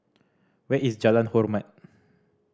where is Jalan Hormat